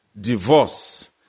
divorce